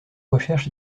recherche